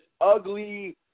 ugly